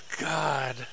god